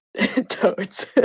toads